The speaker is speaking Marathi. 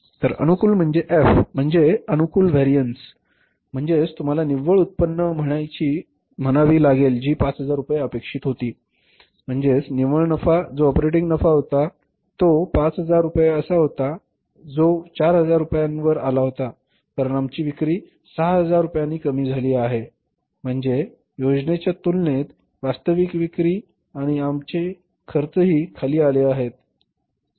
तर अनुकूल म्हणजे एफ म्हणजे अनुकूल वॅरिअन्स म्हणजेच तुम्हाला निव्वळ उत्पन्न म्हणावी लागेल जी 5000 रुपये अपेक्षित होती म्हणजे निव्वळ नफा जो ऑपरेटिंग नफा होता जो 5000 रुपये असा होता जो 4000 रुपयांवर आला होता कारण आमची विक्री 6000 रुपयांनी कमी झाली आहे म्हणजे योजनेच्या तुलनेत वास्तविक विक्री आणि आमचे खर्चही खाली आले आहेत